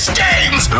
games